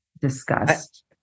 discussed